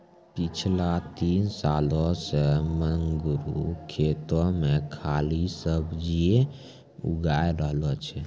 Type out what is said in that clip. पिछला तीन सालों सॅ मंगरू खेतो मॅ खाली सब्जीए उगाय रहलो छै